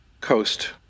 coast